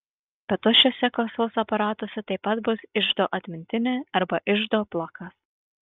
be to šiuose kasos aparatuose taip pat bus iždo atmintinė arba iždo blokas